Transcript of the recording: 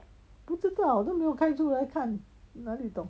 不知道都没有开出来看哪里懂